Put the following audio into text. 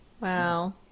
Wow